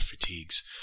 fatigues